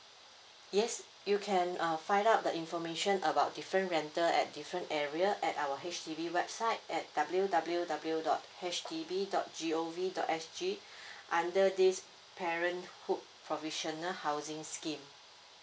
yes you can uh find out the information about different rental at different area at our H_D_B website at W_W_W dot H D B dot G_O_V dot S_G under this parenthood provisional housing scheme